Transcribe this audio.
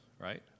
right